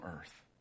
earth